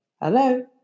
hello